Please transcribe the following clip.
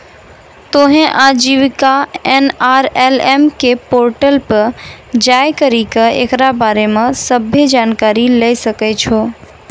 तोहें आजीविका एन.आर.एल.एम के पोर्टल पे जाय करि के एकरा बारे मे सभ्भे जानकारी लै सकै छो